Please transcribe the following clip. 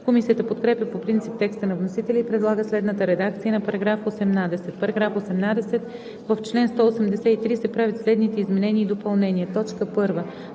Комисията подкрепя по принцип текста на вносителя и предлага следната редакция на § 18: „§ 18. В чл. 183 се правят следните изменения и допълнения: 1.